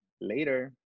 Later